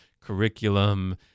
curriculum